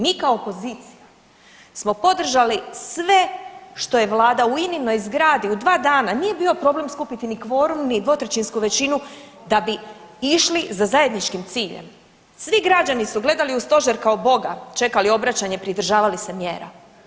Mi kao opozicija smo podržali sve je vlada u Ininoj zgradi u 2 dana, nije bio problem skupiti ni kvorum, ni 2/3 većinu da bi išli za zajedničkim ciljem, svi građani su gledali u stožer kao Boga, čekali obraćanje, pridržavali se mjera.